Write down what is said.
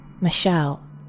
Michelle